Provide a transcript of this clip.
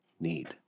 need